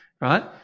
right